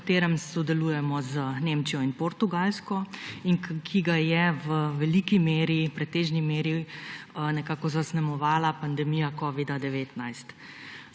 v katerem sodelujemo z Nemčijo in Portugalsko, ki ga je v veliki meri, v pretežni meri nekako zaznamovala pandemija covida-19.